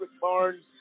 Barnes